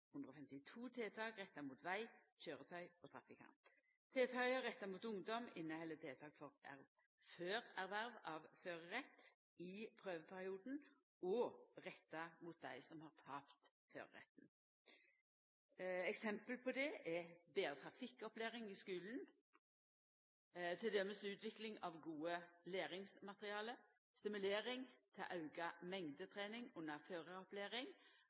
152 tiltak retta mot veg, køyretøy og trafikant. Tiltaka retta mot ungdom inneheld tiltak før erverv av førerett og i prøveperioden og tiltak retta mot dei som har tapt føreretten. Eksempel på det er betre trafikkopplæring i skulen, t.d. utvikling av godt læringsmateriell, stimulering til auka mengdetrening under